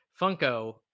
Funko